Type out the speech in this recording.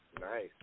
Nice